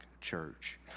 Church